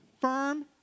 firm